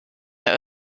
der